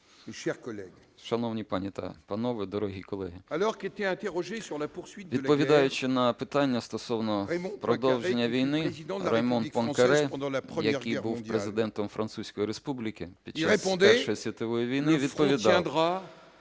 Шановні пані та панове, дорогі колеги, відповідаючи на питання стосовно продовження війни, Раймон Пуанкаре, який був Президентом Французької Республіки під час Першої світової війни, відповідав: